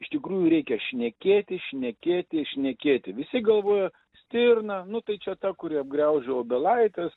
iš tikrųjų reikia šnekėti šnekėti šnekėti visi galvoja stirna nu tai čia ta kuri apgraužia obelaites